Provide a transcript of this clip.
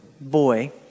boy